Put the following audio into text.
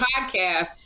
podcast